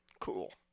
Cool